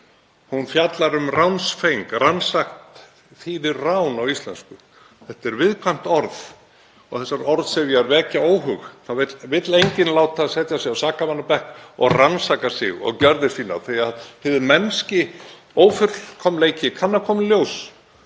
fjallar um ránsfeng, en „ransacked“ þýðir rán á íslensku. Þetta er viðkvæmt orð og þessar orðsifjar vekja óhug. Það vill enginn láta setja sig á sakamannabekk og rannsaka sig og gjörðir sínar því að hinn mennski ófullkomleiki kann að koma í ljós.